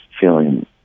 feeling